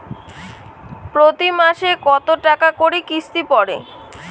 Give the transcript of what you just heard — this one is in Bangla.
প্রতি মাসে কতো টাকা করি কিস্তি পরে?